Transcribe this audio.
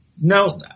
Now